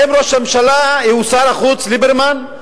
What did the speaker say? האם ראש הממשלה הוא שר החוץ ליברמן,